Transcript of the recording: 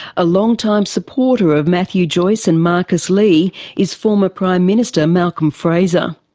a long time supporter of matthew joyce and marcus lee is former prime minister malcolm fraser.